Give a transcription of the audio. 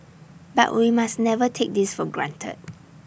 but we must never take this for granted